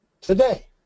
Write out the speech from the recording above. today